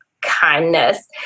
kindness